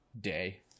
day